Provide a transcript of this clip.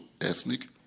ethnic